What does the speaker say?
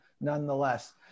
nonetheless